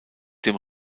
dem